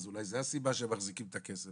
אולי זאת הסיבה שהם מחזיקים את הכסף.